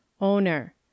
owner